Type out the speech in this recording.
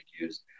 use